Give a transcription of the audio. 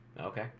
okay